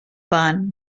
bun